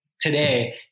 today